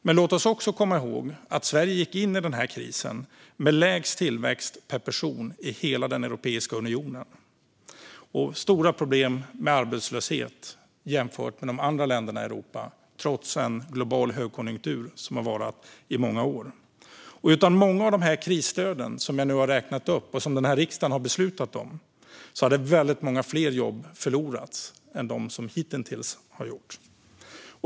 Men låt oss också komma ihåg att Sverige gick in i denna kris med lägst tillväxt per person i hela Europeiska unionen och med stora problem med arbetslöshet jämfört med de andra länderna i Europa, trots en global högkonjunktur som har varat i många år. Utan många av dessa krisstöd, som jag nu har räknat upp och som denna riksdag har beslutat om, hade väldigt många fler jobb än hittills förlorats.